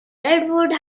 redwood